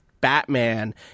Batman